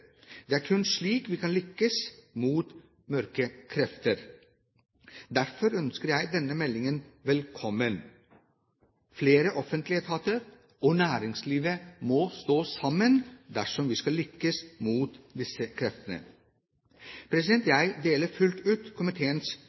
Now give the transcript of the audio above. Det er kun slik vi kan lykkes mot mørke krefter. Derfor ønsker jeg denne meldingen velkommen. Flere offentlige etater, og næringslivet, må stå sammen dersom vi skal lykkes mot disse kreftene. Jeg deler fullt ut komiteens